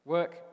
Work